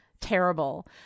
terrible